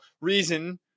reason